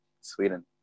Sweden